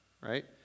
right